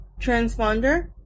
transponder